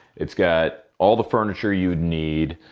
it's got all the furniture you would need.